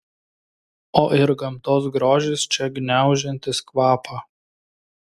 o ir gamtos grožis čia gniaužiantis kvapą